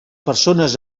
persones